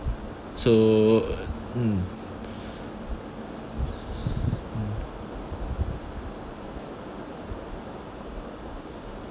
so mm mm